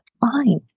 fine